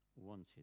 wanted